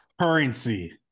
Currency